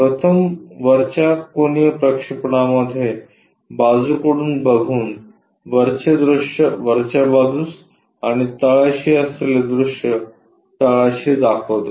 प्रथम वरच्या कोनीय प्रक्षेपणामध्ये बाजूकडून बघून वरचे दृश्य वरच्या बाजूस आणि तळाशी असलेले दृश्य तळाशी दाखवतो